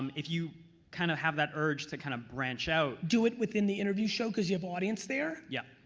um if you kind of have that urge to kind of branch out. do it within the interview show, cause you have a audience there. yeah.